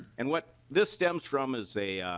and what this stems from is a